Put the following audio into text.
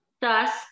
Thus